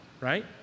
Right